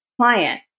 client